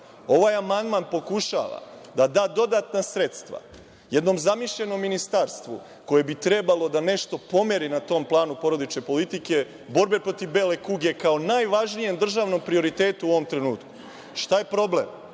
Ovaj amandman pokušava da da dodatna sredstva jednom zamišljenom ministarstvu koje bi trebalo da nešto pomeri na tom planu porodične politike, borbe protiv bele kuge, kao najvažnijem državnom prioritetu u ovom trenutku. Šta je problem?